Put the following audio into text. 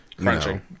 crunching